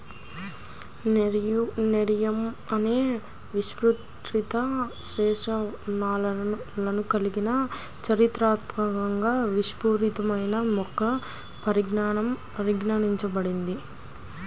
nerium అనేక విషపూరిత సమ్మేళనాలను కలిగి చారిత్రాత్మకంగా విషపూరితమైన మొక్కగా పరిగణించబడుతుంది